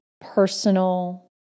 personal